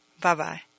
Bye-bye